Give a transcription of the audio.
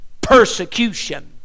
persecution